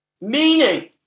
Meaning